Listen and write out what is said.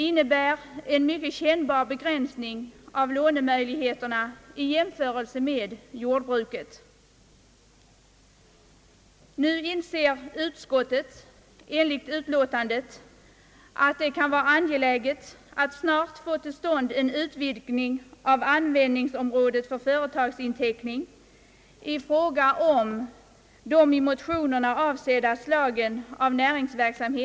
Denna begränsning av lånemöjligheterna för trädgårdsnäringen i jämförelse med jordbruket är mycket kännbar för vederbörande rörelseidkare. Nu inser utskottet enligt utlåtandet att det kan vara angeläget att snart få till stånd en utvidgning av användningsområdet för företagsinteckning till att omfatta de i motionerna berörda slagen av näringsverksamhet.